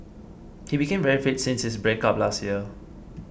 he became very fit since his breakup last year